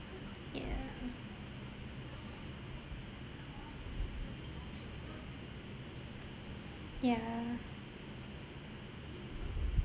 yeah yeah